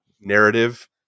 narrative